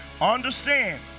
Understand